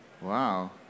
Wow